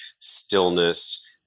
stillness